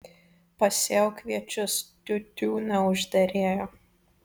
pasėjau kviečius tiu tiū neužderėjo